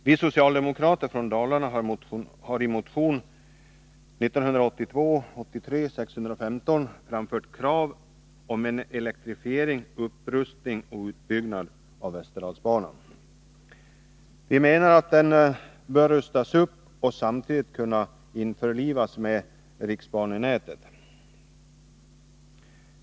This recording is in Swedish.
Vi socialdemokrater från Dalarna har i motion 615 framfört krav på en elektrifiering, upprustning och utbyggnad av västerdalsbanan. Vi menar att den bör rustas upp och samtidigt kunna införlivas med riksbanenätet.